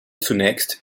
zunächst